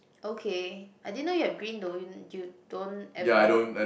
okay I didn't know you have green don't you don't ever